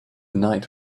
night